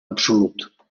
absolut